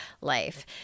life